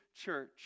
church